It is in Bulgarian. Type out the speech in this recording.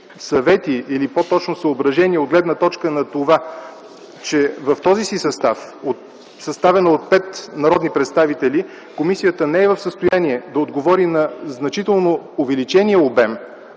съвети или по-точно съображения от гледна точка на това, че в този си състав от пет народни представители комисията не е в състояние да отговори на значително увеличения обем